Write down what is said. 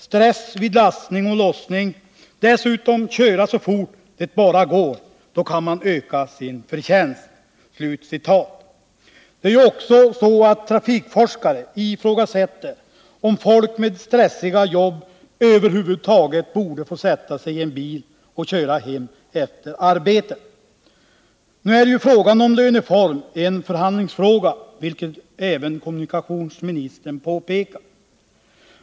Stress vid lassning och lossning, dessutom köra så fort det bara går — då kan man öka sin förtjänst.” r Trafikforskare ifrågasätter om folk med stressiga jobb över huvud taget borde få sätta sig i en bil och köra hem efter arbetet. Frågan om löneform är en förhandlingsfråga, vilket även kommunikationsministern påpekar.